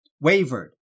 wavered